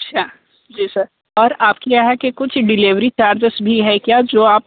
अच्छा जी सर और आपके यहाँ के कुछ डिलेवरी चार्जेस भी है क्या जो आप